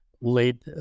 late